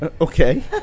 Okay